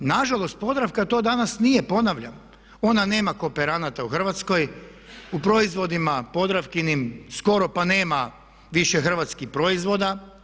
Nažalost Podravka to danas nije ponavljam, ona nema kooperanata u Hrvatskoj, u proizvodima Podravkinim skoro pa nema više hrvatskih proizvoda.